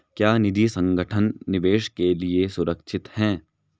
क्या निजी संगठन निवेश के लिए सुरक्षित हैं?